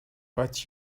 but